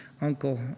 uncle